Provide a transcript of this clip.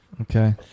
Okay